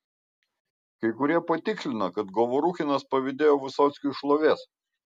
kai kurie patikslina kad govoruchinas pavydėjo vysockiui šlovės